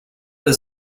his